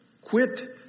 Quit